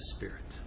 Spirit